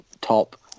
top